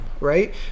right